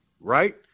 Right